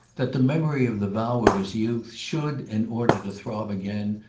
that the memory of the vow of his youth should, in order to throb again,